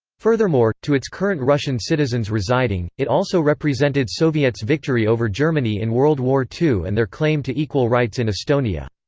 furthermore, to its current russian citizens residing, it also represented soviet's victory over germany in world war ii and their claim to equal rights in estonia.